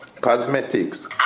Cosmetics